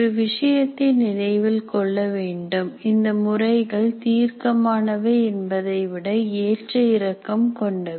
ஒரு விஷயத்தை நினைவில் கொள்ளவேண்டும் இந்த முறைகள் தீர்க்கமானவை என்பதைவிட ஏற்ற இறக்கம் கொண்டவை